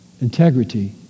integrity